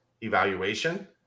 evaluation